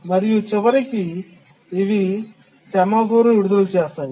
మరియు చివరికి ఇవి సెమాఫోర్ను విడుదల చేస్తాయి